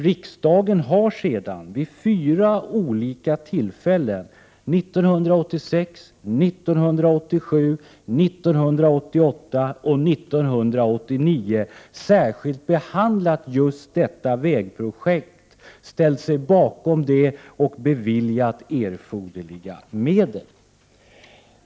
Riksdagen har sedan vid fyra olika tillfällen 1986, 1987, 1988 och 1989 särskilt behandlat just detta vägprojekt, ställt sig bakom det och beviljat erforderliga medel.